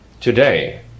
today